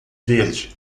verde